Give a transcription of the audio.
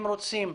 אם רוצים